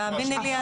תאמיני לי,